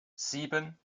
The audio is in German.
sieben